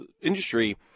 industry